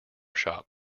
shop